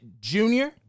Junior